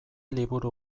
liburu